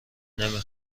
نمی